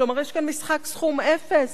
כלומר, יש כאן משחק סכום אפס.